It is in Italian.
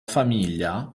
famiglia